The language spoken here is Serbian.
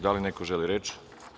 Da li neko želi reč?